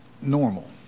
normal